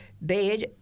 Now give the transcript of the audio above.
bed